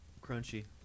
Crunchy